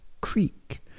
Creek